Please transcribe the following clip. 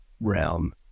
realm